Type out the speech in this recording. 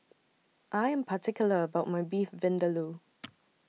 I Am particular about My Beef Vindaloo